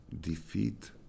defeat